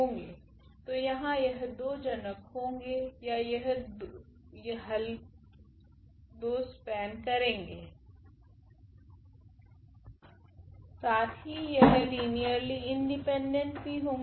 तो यहाँ यह दो जनक होगे या यह हल को स्पेन करेगे साथ ही यह लीनियरली इंडिपेंडेंट भी होगे